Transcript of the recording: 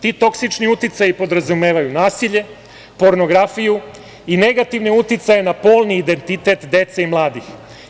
Ti toksični uticaji podrazumevaju nasilje, pornografiju i negativne uticaje na polni identitet dece i mladih.